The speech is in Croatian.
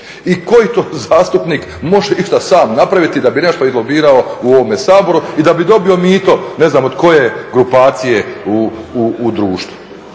I koji to zastupnik može išta sam napraviti da bi nešto izlobirao u ovome Saboru i da bi dobio mito ne znam od koje grupacije u društvu?